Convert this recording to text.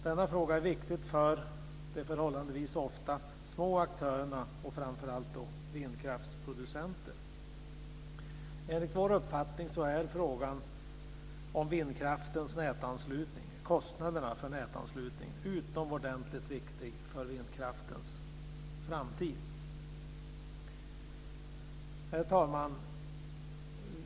Denna fråga är viktig för de ofta förhållandevis små aktörerna, framför allt vindkraftsproducenterna. Enligt vår uppfattning är frågan om vindkraftens nätanslutning, kostnaderna för nätanslutning, utomordentligt viktig för vindkraftens framtid. Herr talman!